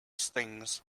stings